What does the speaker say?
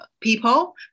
people